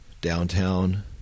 downtown